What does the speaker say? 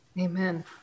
Amen